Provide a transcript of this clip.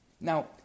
Now